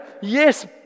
yes